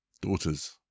Daughters